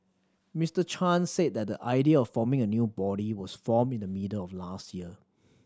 Mister Chan said that the idea of forming a new body was formed in the middle of last year